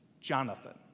Jonathan